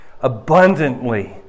abundantly